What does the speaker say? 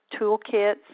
toolkits